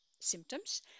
symptoms